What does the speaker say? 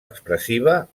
expressiva